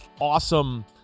awesome